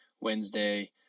Wednesday